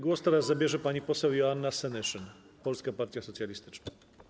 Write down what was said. Głos zabierze pani poseł Joanna Senyszyn, Polska Partia Socjalistyczna.